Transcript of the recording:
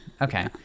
okay